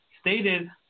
stated